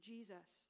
Jesus